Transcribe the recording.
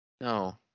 No